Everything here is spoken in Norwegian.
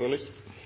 har lyst til